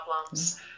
problems